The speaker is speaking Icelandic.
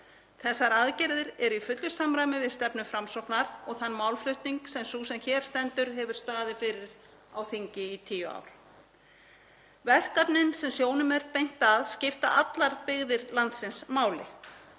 Þessar aðgerðir eru í fullu samræmi við stefnu Framsóknar og þann málflutning sem sú sem hér stendur hefur staðið fyrir á þingi í tíu ár. Verkefnin sem sjónum er beint að skipta allar byggðir landsins máli.